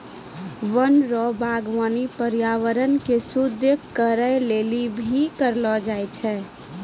वन रो वागबानी पर्यावरण के शुद्ध करै लेली भी करलो जाय छै